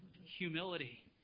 Humility